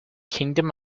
kingdom